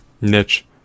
niche